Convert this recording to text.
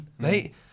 right